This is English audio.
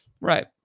Right